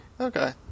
Okay